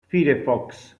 firefox